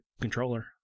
controller